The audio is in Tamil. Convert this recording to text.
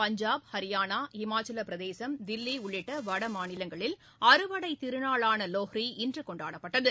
பஞ்சாப் ஹரியானா இமாச்சல பிரதேஷ் தில்லி உள்ளிட்ட வட மாநிலங்களில் அறுவடைத் திருநாளான லோக்ரி இன்று கொண்டாடப்பட்டது